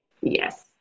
Yes